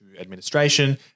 administration